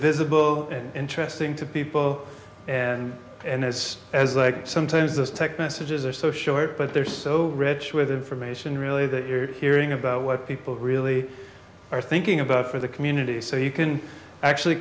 visible and interesting to people and as as like sometimes this text messages are so short but they're so rich with information really that you're hearing about what people really are thinking about for the community so you can actually